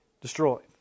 destroyed